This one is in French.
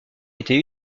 été